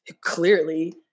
clearly